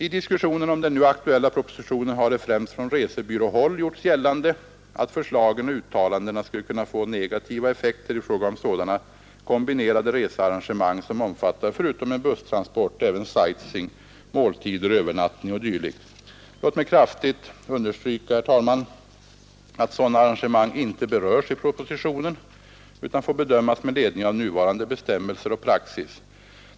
I diskussionen om den nu aktuella propositionen har det, främst från resebyråhåll, gjorts gällande att förslagen och uttalandena skulle kunna få negativa effekter i fråga om sådana kombinerade researrangemang som omfattar — förutom en busstransport — även sightseeing, måltider, övernattning och dylikt. Låt mig kraftigt understryka, herr talman, att sådana arrangemang inte berörs i propositionen utan får bedömas med ledning av nuvarande bestämmelser och praxis.